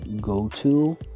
go-to